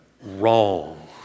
Wrong